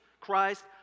Christ